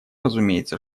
разумеется